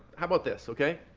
how about this, okay?